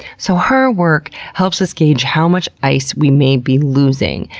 so her work helps us gauge how much ice we may be losing,